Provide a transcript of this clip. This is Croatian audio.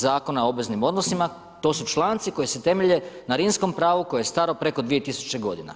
Zakona o obveznim odnosima, to su članci koji se temelje na Rimskom pravu koje je staro preko 2 000 godina.